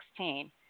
2016